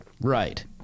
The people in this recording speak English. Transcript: Right